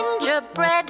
gingerbread